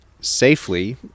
safely